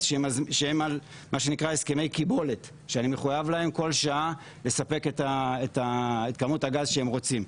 שזה הסכמי קיבולת שאני מחויב להם בכל שעה לספק את כמות הגז שהם רוצים.